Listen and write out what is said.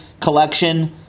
collection